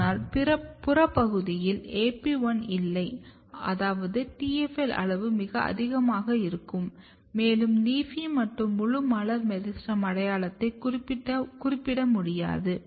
ஆனால் புற பகுதியில் AP 1 இல்லை அதாவது TFL அளவும் மிக அதிகமாக இருக்கும் மேலும் LEAFY மட்டும் முழு மலர் மெரிஸ்டெம் அடையாளத்தை குறிப்பிட முடியாது